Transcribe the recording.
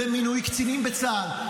למינוי קצינים בצה"ל.